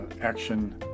action